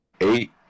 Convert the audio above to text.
eight